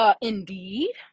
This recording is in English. Indeed